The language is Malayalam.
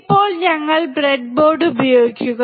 ഇപ്പോൾ ഞങ്ങൾ ബ്രെഡ്ബോർഡ് ഉപയോഗിക്കുക